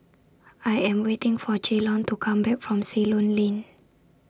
I Am waiting For Jaylon to Come Back from Ceylon Lane